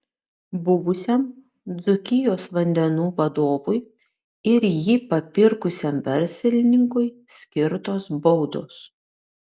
buvusiam dzūkijos vandenų vadovui ir jį papirkusiam verslininkui skirtos baudos